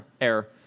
Error